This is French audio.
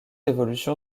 évolution